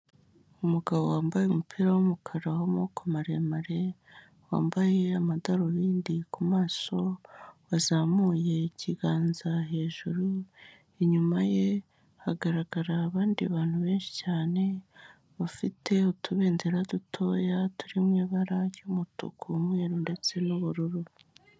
Umugabo wambaye umupira w'umukara wa'maboko maremare wambaye amadarubindi ku maso wazamuye ikiganza hejuru, inyuma ye hagaragara abandi bantu benshi cyane bafite utubendera dutoya turi mu ibara ry'umutuku, umweru ndetse n'ubururu.